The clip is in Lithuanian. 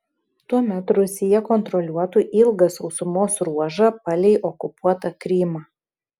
tuomet rusija kontroliuotų ilgą sausumos ruožą palei okupuotą krymą